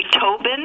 Tobin